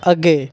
ਅੱਗੇ